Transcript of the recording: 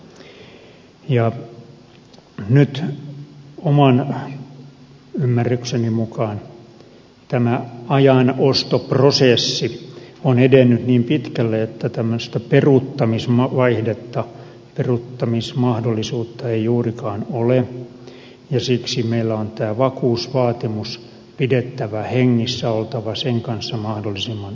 nyt oman ymmärrykseni mukaan tämä ajanostoprosessi on edennyt niin pitkälle että tämmöistä peruuttamisvaihdetta peruuttamismahdollisuutta ei juurikaan ole ja siksi meillä on tämä vakuusvaatimus pidettävä hengissä oltava sen kanssa mahdollisimman topakka